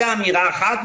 זו אמירה אחת,